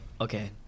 okay